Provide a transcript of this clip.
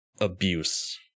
abuse